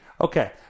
Okay